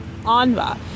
anva